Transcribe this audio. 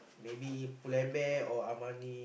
maybe Pull-And-Bear or Armani